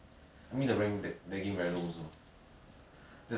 but don't but the trust the hyper but the hyper positioning damn strong